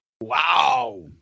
Wow